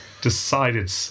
Decided